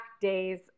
days